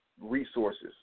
resources